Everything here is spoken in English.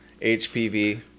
HPV